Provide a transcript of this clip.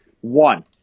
One